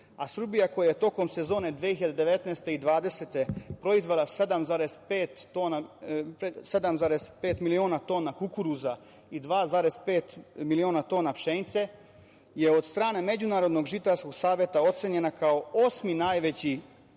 a Srbija koja je tokom sezone 2019. i 2020. proizvela 7,5 miliona tona kukuruza i 2,5 miliona tona pšenice je od strane Međunarodnog žitarskog saveta ocenjena kao osmi najveći